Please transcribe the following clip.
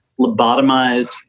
lobotomized